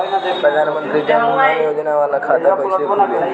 प्रधान मंत्री जन धन योजना वाला खाता कईसे खुली?